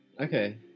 Okay